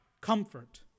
comfort